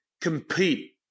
compete